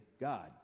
God